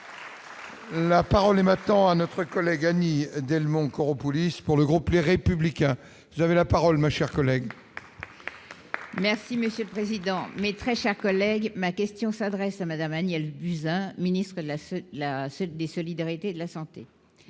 La parole est maintenant à notre collègue Annie Delmont police pour le groupe, les républicains, vous avez la parole, ma chère collègue. Merci monsieur le président, mes très chers collègues, ma question s'adresse à Madame Annie diffuse un ministre la c'est la des solidarités, de la santé,